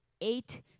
eight